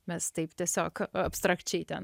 mes taip tiesiog abstrakčiai ten